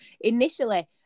initially